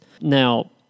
Now